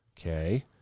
Okay